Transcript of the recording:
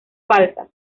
falsas